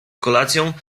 kolacją